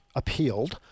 appealed